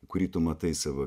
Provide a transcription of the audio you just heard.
kurį tu matai savo